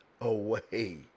away